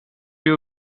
you